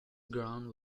ground